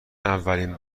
اولین